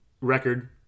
record